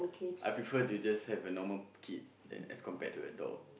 I prefer to just have a normal kid than as compared to a dog